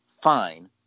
fine